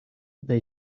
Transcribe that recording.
they